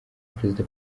perezida